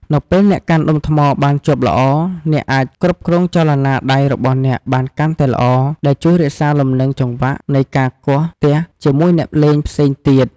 នៅពេលអ្នកកាន់ដុំថ្មបានជាប់ល្អ អ្នកអាចគ្រប់គ្រងចលនាដៃរបស់អ្នកបានកាន់តែល្អ ដែលជួយរក្សាលំនឹងចង្វាក់នៃការគោះទះជាមួយអ្នកលេងផ្សេងទៀត។